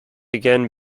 again